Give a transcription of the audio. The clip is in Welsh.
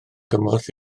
gymorth